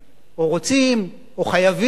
או רוצים, או חייבים, התחייבו,